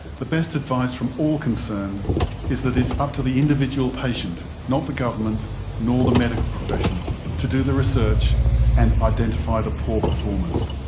the best advice from all concerned is that it's up to the individual patient not the government nor the medical profession to do the research and identify the poor performers.